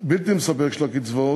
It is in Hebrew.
בלתי מספק של הקצבאות,